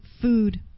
food